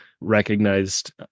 recognized